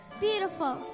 Beautiful